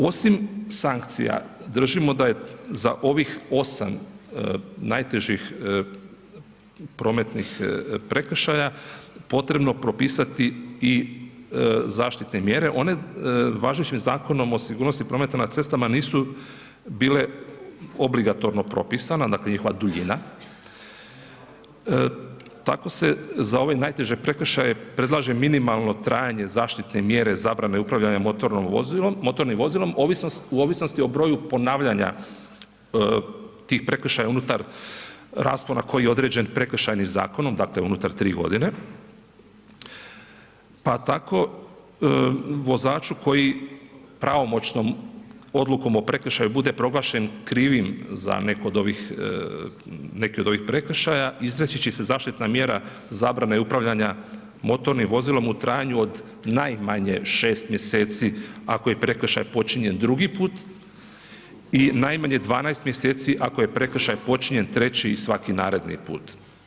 Osim sankcija držimo da je za ovih 8 najtežih prometnih prekršaja potrebno propisati i zaštitne mjere, one važećim Zakonom o sigurnosti prometa na cesta nisu bile obligatorno propisane, dakle njihova duljina tako se za ove najteže prekršaje predlaže minimalno trajanje zaštitne mjere zabrane upravljanja motornim vozilom u ovisnosti o broju ponavljanja tih prekršaja unutar raspona koji je određen Prekršajnim zakonom, dakle unutar 3 godine, pa tako vozaču koji pravomoćnom odlukom o prekršaju bude proglašen krivim za neku od ovih, neki od ovih prekršaja izreći će se zaštitna mjera zabrane upravljanja motornim vozilom u trajanju od najmanje 6 mjeseci, ako je prekršaj počinjen drugi put i najmanje 12 mjeseci ako je prekršaj počinjen treći i svaki naredni put.